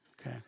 Okay